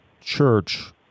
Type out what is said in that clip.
church